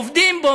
עובדים בו,